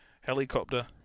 Helicopter